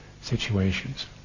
situations